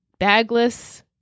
bagless